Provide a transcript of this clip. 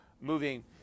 moving